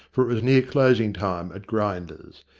for it was near closing time at grinder's.